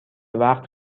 وقت